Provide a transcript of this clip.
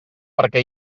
perquè